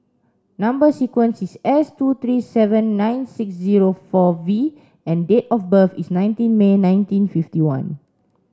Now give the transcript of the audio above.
number sequence is S two three seven nine six zero four V and date of birth is nineteen May nineteen fifty one